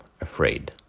afraid